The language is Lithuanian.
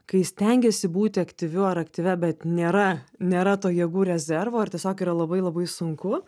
kai stengiesi būti aktyviu ar aktyvia bet nėra nėra to jėgų rezervo ar tiesiog yra labai labai sunku